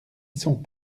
sont